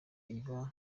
iba